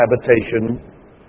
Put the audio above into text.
habitation